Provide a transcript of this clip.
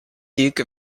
duke